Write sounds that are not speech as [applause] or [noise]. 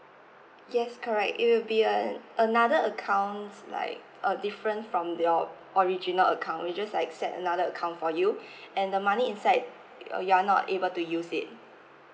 yes correct it will be a another accounts like a different from your original account we just like set another account for you [breath] and the money inside uh you're not able to use it